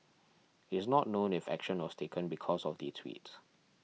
is not known if action was taken because of the sweet